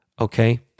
okay